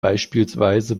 beispielsweise